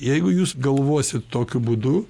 jeigu jūs galvosit tokiu būdu